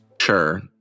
Sure